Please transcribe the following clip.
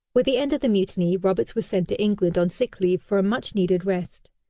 with the end of the mutiny, roberts was sent to england on sick leave for a much-needed rest.